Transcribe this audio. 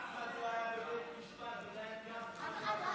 אף אחד לא היה בבית משפט, אף אחד.